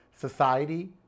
society